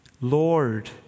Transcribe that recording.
Lord